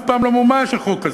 אף פעם לא מומש החוק הזה.